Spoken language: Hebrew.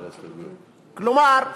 כלומר,